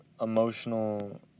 emotional